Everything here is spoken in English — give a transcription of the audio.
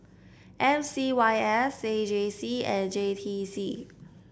M C Y S A J C and J T C